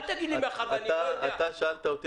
אל תגיד לי -- אתה שאלת אותי,